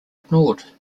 ignored